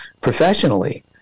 professionally